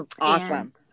Awesome